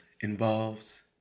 Involves